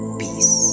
peace